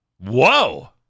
Whoa